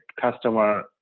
customer